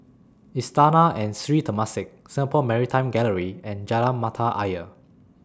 Istana and Sri Temasek Singapore Maritime Gallery and Jalan Mata Ayer